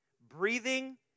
breathing